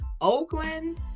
Oakland